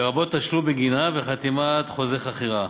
לרבות תשלום בגינה וחתימת חוזה חכירה.